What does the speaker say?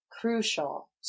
crucial